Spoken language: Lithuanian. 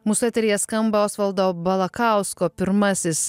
mūsų eteryje skamba osvaldo balakausko pirmasis